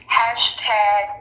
hashtag